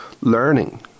learning